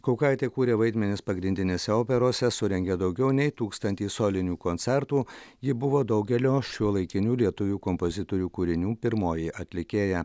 kaukaitė kūrė vaidmenis pagrindinėse operose surengė daugiau nei tūkstantį solinių koncertų ji buvo daugelio šiuolaikinių lietuvių kompozitorių kūrinių pirmoji atlikėja